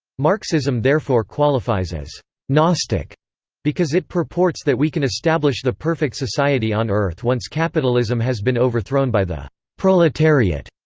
marxism therefore qualifies as gnostic because it purports that we can establish the perfect society on earth once capitalism has been overthrown by the proletariat.